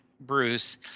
Bruce